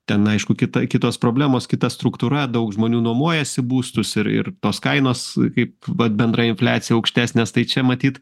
ten aišku kita kitos problemos kita struktūra daug žmonių nuomojasi būstus ir ir tos kainos kaip infliacija aukštesnės tai čia matyt